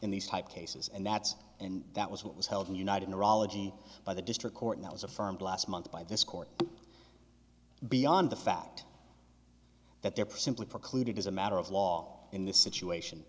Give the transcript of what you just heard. in these type cases and that's and that was what was held in united neurology by the district court that was affirmed last month by this court beyond the fact that there are simply precluded as a matter of law in this situation